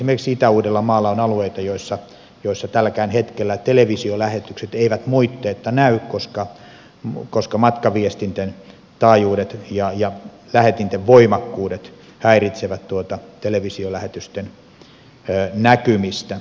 esimerkiksi itä uudellamaalla on alueita joilla tälläkään hetkellä televisiolähetykset eivät moitteetta näy koska matkaviestinten taajuudet ja lähetinten voimakkuudet häiritsevät televisiolähetysten näkymistä